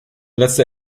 letzter